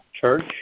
church